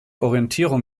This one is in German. orientierung